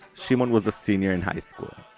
shimon was a senior in high school.